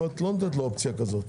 פה את לא נותנת לו אופציה כזאת.